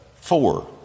four